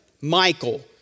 Michael